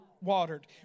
watered